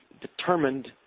determined